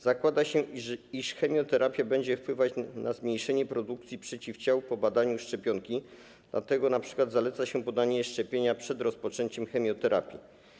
Zakłada się, że chemioterapia będzie wpływać na zmniejszenie produkcji przeciwciał po podaniu szczepionki, dlatego np. zaleca się podanie szczepienia przed rozpoczęciem chemioterapii.